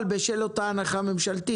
איזה מעמדות?